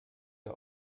der